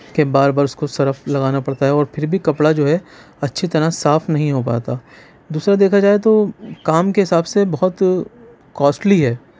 کہ بار بار اِس کو صرف لگانا پڑتا ہے اور پھر بھی کپڑا جو ہے اچھی طرح صاف نہیں ہو پاتا دوسرا دیکھا جائے تو کام کے حساب سے بہت کوسٹلی ہے